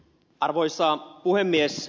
arvoisa puhemies